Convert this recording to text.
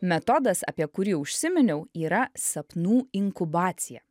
metodas apie kurį užsiminiau yra sapnų inkubacija